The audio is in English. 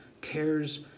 cares